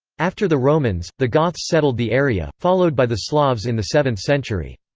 after the romans, the goths settled the area, followed by the slavs in the seventh century.